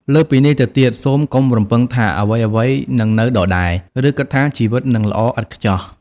លើសពីនេះទៅទៀត សូមកុំរំពឹងថាអ្វីៗនឹងនៅដដែល ឬគិតថាជីវិតនឹងល្អឥតខ្ចោះ។